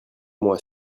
moi